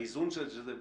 באיזון של זה,